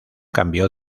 cambió